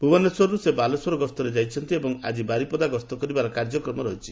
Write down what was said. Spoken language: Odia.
ଭୁବନେଶ୍ୱରରୁ ସେ ବାଲେଶ୍ୱର ଗସ୍ତରେ ଯାଇଛନ୍ତି ଏବଂ ଆଜି ବାରିପଦା ଗସ୍ତ କରିବାର କାର୍ଯ୍ୟକ୍ମ ରହିଛି